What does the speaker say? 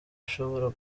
ashobora